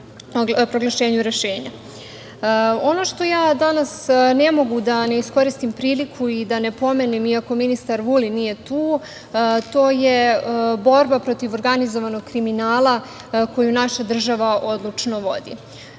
što ja danas ne mogu da ne iskoristim priliku i da ne pomenem, iako ministar Vulin nije tu, to je borba protiv organizovanog kriminala koju naša država odlučno vodi,